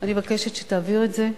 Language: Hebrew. אני מבקשת שתעביר את זה,